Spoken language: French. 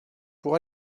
pour